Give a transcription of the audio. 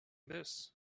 this